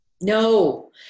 No